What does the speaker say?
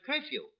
curfew